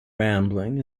rambling